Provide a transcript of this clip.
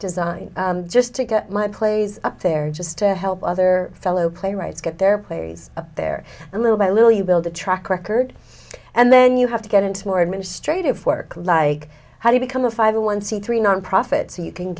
design just to get my plays up there just to help other fellow playwrights get their plays there and little by little you build a track record and then you have to get into more administrative work like how do you become a five a one c three nonprofit so you can